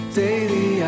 daily